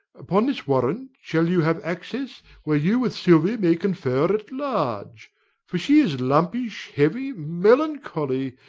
upon this warrant shall you have access where you with silvia may confer at large for she is lumpish, heavy, melancholy,